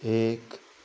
एक